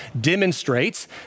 demonstrates